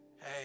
hey